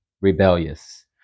rebellious